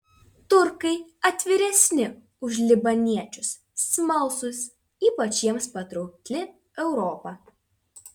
turkai atviresni už libaniečius smalsūs ypač jiems patraukli europa